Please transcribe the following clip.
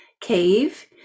cave